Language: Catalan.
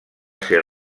ser